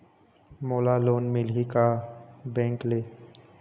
मोला लोन मिलही का बैंक ले?